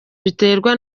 biterwa